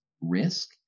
risk